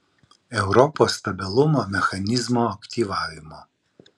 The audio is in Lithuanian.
europos stabilumo mechanizmo aktyvavimo